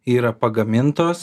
yra pagamintos